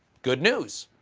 good news,